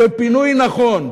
פינוי נכון,